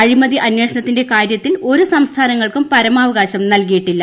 അഴിമതി അന്വേഷണത്തിന്റെ കാര്യത്തിൽ ഒരു സംസ്ഥാനങ്ങൾക്കും പരമാവകാശം നൽകിയിട്ടില്ല